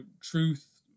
truth